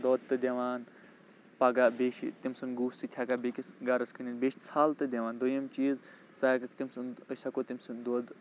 دۅد تہٕ دِوان پَگاہ بیٚیہِ چھِ تٔمۍ سُنٛد گُہہ سٔہ چھکان بیٚیس گَرَس کٕنِتھ بیٚیہِ چھِ ژَھَل تہِ دِوان دوٚیِم چیٖز ژٕ ہٮ۪کَکھ تٔمۍ سُٛند أسۍ ہٮ۪کو تٔمۍ سُنٛد دۄد